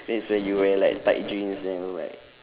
that's where you wear like tight jeans then like